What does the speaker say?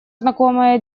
знакомая